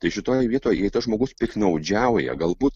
tai šitoj vietoj jei tas žmogus piktnaudžiauja galbūt